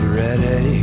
ready